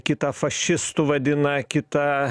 kitą fašistu vadina kita